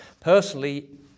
Personally